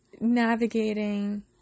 navigating